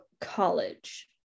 college